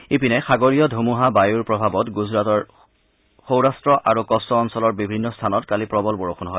ইপিনে সাগৰীয় ধুমুহা বায়ুৰ প্ৰভাৱত গুজৰাটৰ সৌৰাট্ট আৰু কচ্চ অঞ্চলৰ বিভিন্ন স্থানত কালি প্ৰবল বৰষুণ হয়